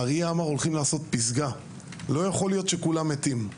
האריה דרש לעשות פסגה, לא יכול להיות שכולם מתים.